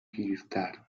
پیرتر